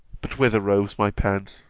but whither roves my pen?